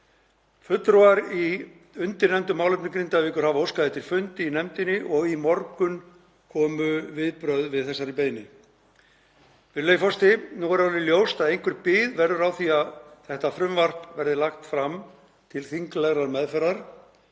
Fulltrúar í undirnefnd um málefni Grindavíkur hafa óskað eftir fundi í nefndinni og í morgun komu viðbrögð við þessari beiðni. Virðulegi forseti. Nú er orðið ljóst að einhver bið verður á því að þetta frumvarp verði lagt fram til þinglegrar meðferðar